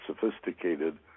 sophisticated